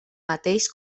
mateix